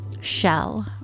shell